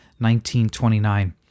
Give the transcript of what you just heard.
1929